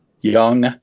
Young